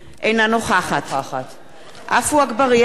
אינה נוכחת עפו אגבאריה,